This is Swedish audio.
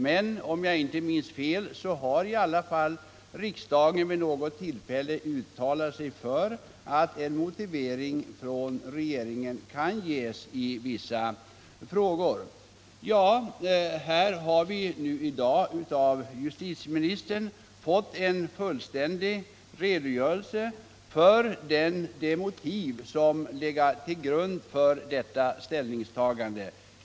Men om jag inte minns fel har riksdagen ändå vid något tillfälle uttalat sig för att regeringen i vissa frågor kan ge en sådan motivering. Vi har nu av justitieministern fått en fullständig redogörelse för de motiv som legat bakom regeringens ställningstagande.